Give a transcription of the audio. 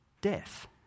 death